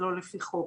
שלא לפי חוק.